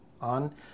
on